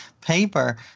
paper